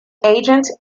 agent